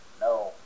No